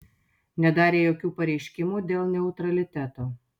nedarė jokių pareiškimų dėl neutraliteto